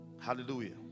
hallelujah